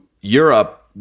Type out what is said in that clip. Europe